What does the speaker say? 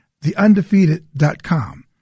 TheUndefeated.com